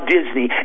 Disney